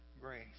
Grace